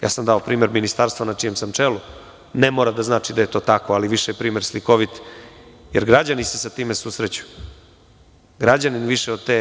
Dao sam primer ministarstva na čijem sam čelu, ne mora da znači da je to tako, ali je više primer slikovit, jer građani se sa time susreću, jer građani se sa time susreću.